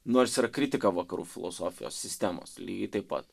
nors yra kritika vakarų filosofijos sistemos lygiai taip pat